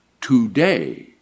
today